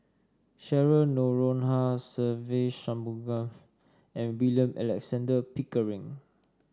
Cheryl Noronha Se Ve Shanmugam and William Alexander Pickering